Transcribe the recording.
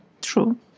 True